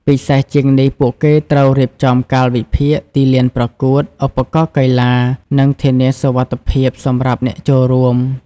ពិសេសជាងនេះពួកគេត្រូវរៀបចំកាលវិភាគ ទីលានប្រកួត ឧបករណ៍កីឡា និងធានាសុវត្ថិភាពសម្រាប់អ្នកចូលរួម។